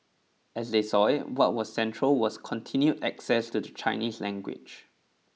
as they saw it what was central was continued access to the Chinese language